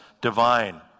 divine